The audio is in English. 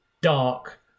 dark